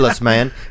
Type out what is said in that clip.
man